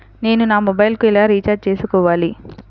నేను నా మొబైల్కు ఎలా రీఛార్జ్ చేసుకోవాలి?